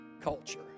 culture